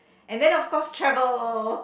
and then of course travel